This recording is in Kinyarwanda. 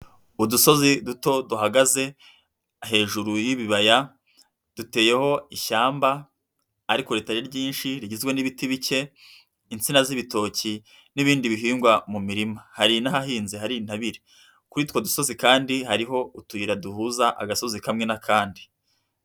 Udusozi duto duhagaze hejuru y'ibibaya duteyeho ishyamba ariko ritari ryinshi rigizwe: n'ibiti bike, insina z'ibitoki n'ibindi bihingwa mu mirima. Hari n'ahahinze hari intabire. Kuri utwo dusozi kandi hariho utuyira duhuza agasozi kamwe n'akandi.